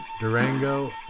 Durango